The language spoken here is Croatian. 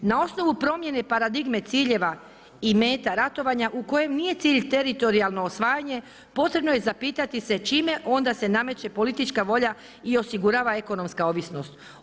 Na osnovu promjene paradigme ciljeva i meta ratovanja u kojem nije cilj teritorijalno osvajanje potrebno je zapitati se čime onda se nameće politička volja i osigurava ekonomska ovisnost.